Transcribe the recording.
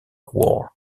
war